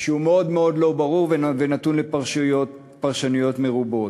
שהוא מאוד מאוד לא ברור ונתון לפרשנויות מרובות.